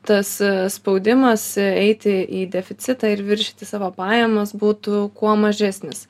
tas spaudimas eiti į deficitą ir viršyti savo pajamas būtų kuo mažesnis